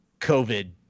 covid